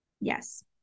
Yes